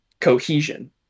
cohesion